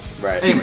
Right